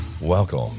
Welcome